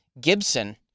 Gibson